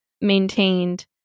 maintained